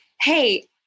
hey